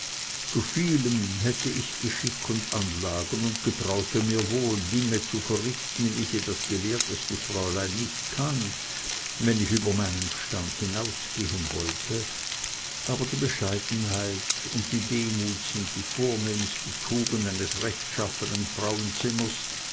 zu vielem hätte ich geschick und anlagen und getraute mir wohl dinge zu verrichten wie sie das gelehrteste fräulein nicht kann wenn ich über meinen stand hinausgehen wollte aber die bescheidenheit und die demut sind die vornehmste tugend eines rechtschaffenen frauenzimmers